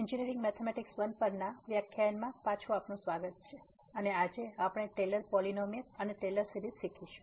engineering ગણિત 1 પરના વ્યાખ્યાનમાં પાછા આપનું સ્વાગત છે અને આજે આપણે ટેલર પોલીનોમીઅલ અને ટેલર સિરીઝ શીખીશું